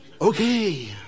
Okay